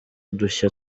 udushya